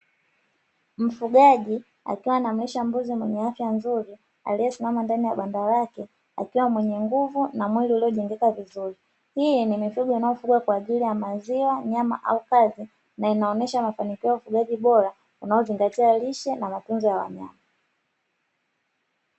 Mfugaji akiwa anamlisha mbuzi mwenye afya nzuri, aliyesimama ndani ya banda lake akiwa mwenye nguvu na mwili uliojengeka vizuri. Hii ni mifugo inayofugwa kwa ajili ya maziwa, nyama au pazi na inaonyesha mafanikio ya ufugaji bora unaozingatia lishe na matunzo ya wanyama.